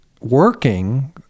working